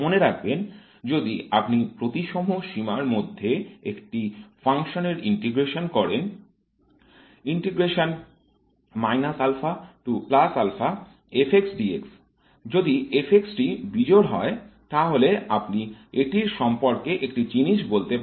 মনে রাখবেন যদি আপনি প্রতিসম সীমার মধ্যে একটি ফাংশনের ইন্টিগ্রেশন করেন - যদি টি বিজোড় হয় তাহলে আপনি এটির সম্পর্কে একটি জিনিস বলতে পারেন